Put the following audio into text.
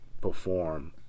perform